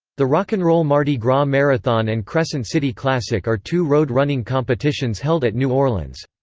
the rock n roll mardi gras marathon and crescent city classic are two road running competitions held at new orleans.